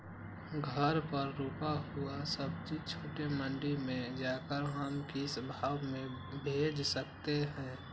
घर पर रूपा हुआ सब्जी छोटे मंडी में जाकर हम किस भाव में भेज सकते हैं?